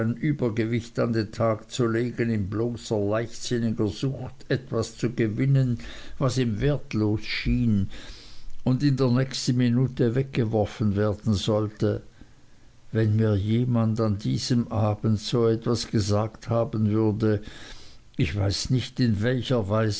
übergewicht an den tag zu legen in bloßer leichtsinniger sucht etwas zu gewinnen was ihm wertlos schien und in der nächsten minute weggeworfen werden sollte wenn mir jemand an diesem abend so etwas gesagt haben würde ich weiß nicht in welcher weise